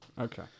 Okay